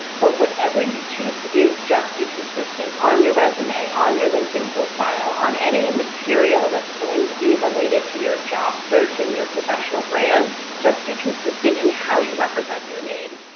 but whatever you choose to do just be consistent on your resume, on your linkedin profile, on any material that's going to be related to your job search and your professional brand just be consistent in how you represent your name.